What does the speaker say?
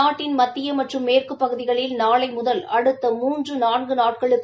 நாட்டின் மத்திய மற்றும் மேற்குப்பகுதிகளில் நாளை முதல் அடுத்த மூன்று நான்கு நாட்களுக்கு